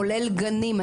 כולל גנים,